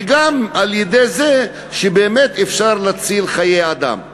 וגם על-ידי זה באמת אפשר להציל חיי אדם.